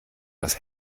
das